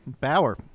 Bauer